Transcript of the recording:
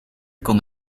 kon